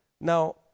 Now